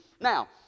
Now